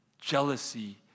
Jealousy